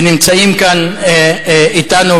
ונמצאים אתנו,